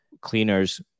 cleaners